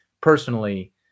personally